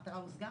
המטרה הושגה?